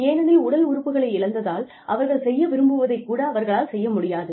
ஏனெனில் உடல் உறுப்புகளை இழந்ததால் அவர்கள் செய்ய விரும்புவதை கூட அவர்களால் செய்ய முடியாது